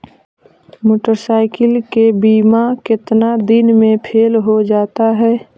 Motorcycle के बिमा केतना दिन मे फेल हो जा है?